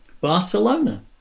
Barcelona